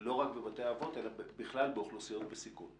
לא רק בבתי האבות, אלא בכלל באוכלוסיות בסיכון.